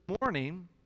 morning